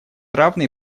равные